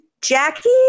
Jackie